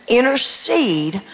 intercede